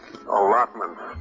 allotments